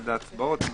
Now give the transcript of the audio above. עד ההצבעות.